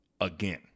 again